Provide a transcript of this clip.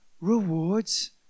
rewards